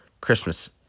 Christmas